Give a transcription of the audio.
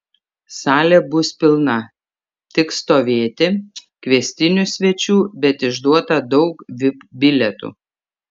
salė bus pilna tik stovėti kviestinių svečių bet išduota daug vip bilietų